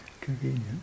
convenient